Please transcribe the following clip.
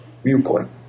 viewpoint